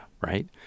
right